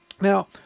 Now